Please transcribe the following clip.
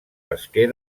pesquer